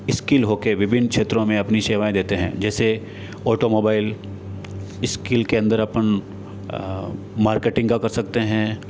skill हो के विभिन्न क्षेत्रों मे अपनी सेवाएँ देते है जैसे ऑटो मोबाईल स्किल के अंदर अपन मार्केटिंग का कर सकते है